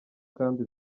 kandi